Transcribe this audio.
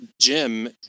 Jim